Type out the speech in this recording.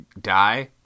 die